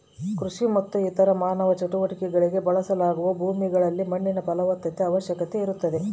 ಕೃಷಿ ಮತ್ತು ಇತರ ಮಾನವ ಚಟುವಟಿಕೆಗುಳ್ಗೆ ಬಳಸಲಾಗುವ ಭೂಮಿಗಳಲ್ಲಿ ಮಣ್ಣಿನ ಫಲವತ್ತತೆಯ ಅವಶ್ಯಕತೆ ಇರುತ್ತದೆ